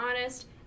honest